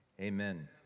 Amen